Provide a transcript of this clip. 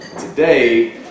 Today